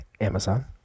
Amazon